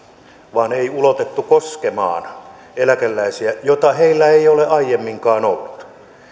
vaan ei ulotettu koskemaan eläkeläisiä kun heillä ei ole aiemminkaan ollut